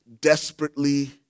desperately